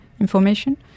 information